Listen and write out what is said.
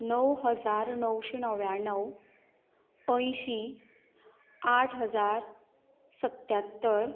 णव हजार णवशें णव्याण्णव अयंशी आठ हजार सत्यात्तर